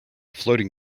floating